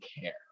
care